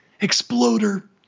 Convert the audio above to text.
Exploder